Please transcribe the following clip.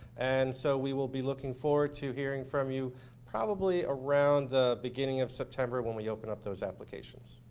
and so we will be looking forward to hearing from you probably around the beginning of september, when we open up those applications.